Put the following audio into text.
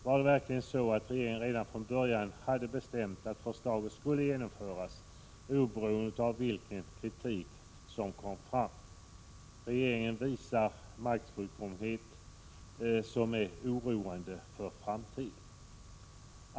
Var det verkligen så att regeringen från början hade bestämt att förslaget skulle genomföras oberoende av vilken kritik som kom fram? Regeringen visar en maktfullkomlighet som är oroande inför framtiden.